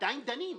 עדיין דנים.